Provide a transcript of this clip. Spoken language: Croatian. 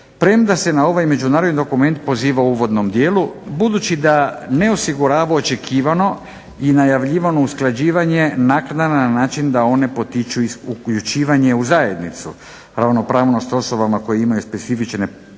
premda se na ovaj međunarodni dokument poziva u uvodnom dijelu budući da ne osigurava očekivano i najavljivano usklađivanje naknada na način da one potiču uključivanje u zajednicu, ravnopravnost osobama koje imaju specifične potrebe